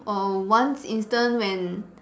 err once instance when